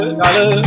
dollar